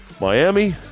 Miami